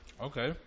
Okay